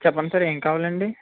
చెప్పండి సార్ ఏం కావాలండి